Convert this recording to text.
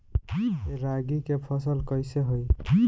रागी के फसल कईसे होई?